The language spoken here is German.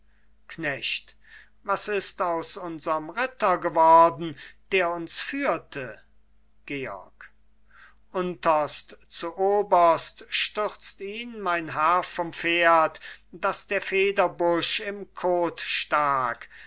knecht was ist aus unserm ritter geworden der uns führte georg unterst zu oberst stürzt ihn mein herr vom pferd daß der federbusch im kot stak